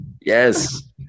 Yes